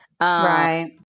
Right